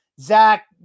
Zach